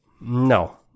No